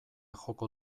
joko